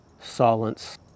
solace